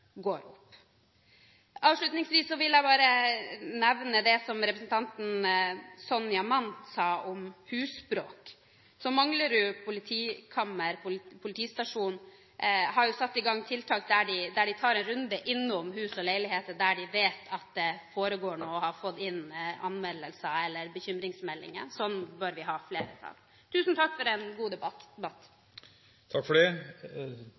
går opp. Avslutningsvis vil jeg nevne det som representanten Sonja Mandt sa om husbråk. Manglerud politistasjon har satt i gang tiltak der de tar en runde innom hus og leiligheter der de vet at det foregår noe, og der de har fått inn anmeldelser eller bekymringsmeldinger. Sånn bør vi ha mer av. Tusen takk for en god debatt! Jeg har fått noen konkrete spørsmål, og vil prøve å svare på dem. Først når det